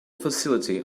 facility